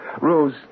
Rose